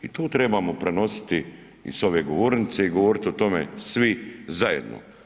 I to trebamo prenositi i sa ove govornice i govoriti ovdje svi zajedno.